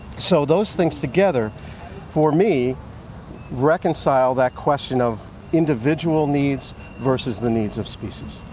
so those things together for me reconcile that question of individual needs versus the needs of species.